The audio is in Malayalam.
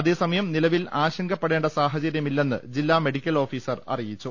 അതേസമയം നിലവിൽ ആശങ്കപ്പെടേണ്ട സാഹചര്യമില്ലെന്ന് ജില്ലാ മെഡിക്കൽ ഓഫീസർ അറിയിച്ചു